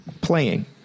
Playing